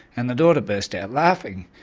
and the daughter burst out laughing.